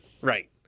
Right